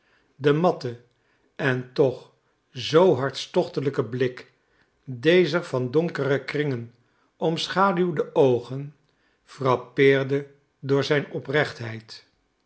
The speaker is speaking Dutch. de matte en toch zoo hartstochtelijke blik dezer van donkere kringen omschaduwde oogen frappeerde door zijn oprechtheid